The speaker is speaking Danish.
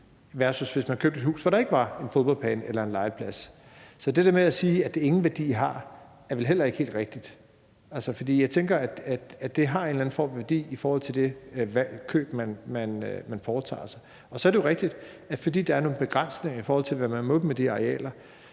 til hvis man købte et hus, hvor der ikke var en fodboldbane eller en legeplads. Så det der med at sige, at det ingen værdi har, er vel heller ikke helt rigtigt. For jeg tænker, at det har en eller anden form for værdi i forhold til det køb, man foretager. Så er det rigtigt, at fordi der er nogle begrænsninger for, hvad man må med de her arealer,